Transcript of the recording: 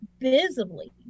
visibly